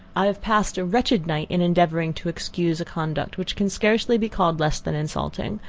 i have passed a wretched night in endeavouring to excuse a conduct which can scarcely be called less than insulting